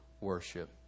worship